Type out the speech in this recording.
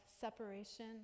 separation